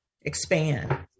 expand